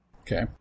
Okay